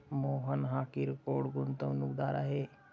मोहन हा किरकोळ गुंतवणूकदार आहे